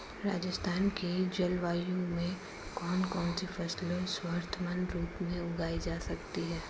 राजस्थान की जलवायु में कौन कौनसी फसलें सर्वोत्तम रूप से उगाई जा सकती हैं?